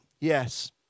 Yes